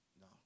No